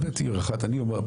אני אומר,